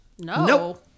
No